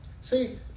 See